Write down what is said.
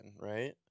right